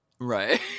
Right